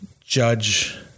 judge